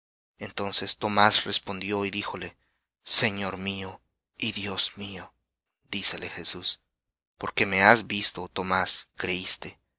entonces tomás respondió y díjole señor mío y dios mío dícele jesús porque me has visto tomás creiste